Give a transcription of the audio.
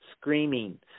screaming